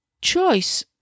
choice